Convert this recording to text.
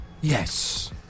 yes